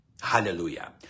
Hallelujah